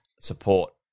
support